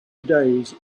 days